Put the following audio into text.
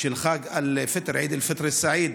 של חג עיד אל-פיטר א-סעיד,